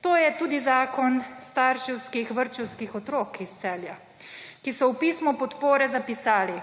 To je tudi zakon staršev vrtčevskih otrok iz Celja, ki so v pismu podpore zapisali: